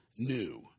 New